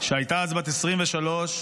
שהייתה אז בת 23,